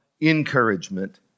encouragement